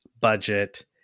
budget